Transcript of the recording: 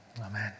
Amen